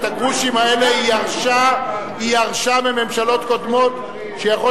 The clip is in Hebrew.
את הגרושים האלה היא ירשה מממשלות קודמות ויכול